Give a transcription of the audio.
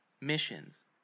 missions